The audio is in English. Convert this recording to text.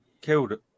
killed